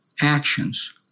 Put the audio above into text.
actions